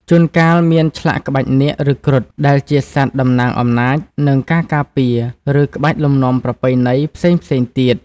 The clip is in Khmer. ជួនកាលមាន ឆ្លាក់ក្បាច់នាគ ឬគ្រុឌ ដែលជាសត្វតំណាងអំណាច និងការការពារ ឬក្បាច់លំនាំប្រពៃណីផ្សេងៗទៀត។